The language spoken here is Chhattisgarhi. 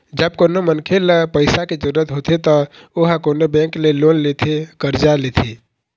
जब कोनो मनखे ल पइसा के जरुरत होथे त ओहा कोनो बेंक ले लोन लेथे करजा लेथे